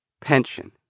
pension